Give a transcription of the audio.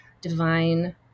divine